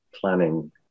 planning